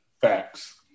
Facts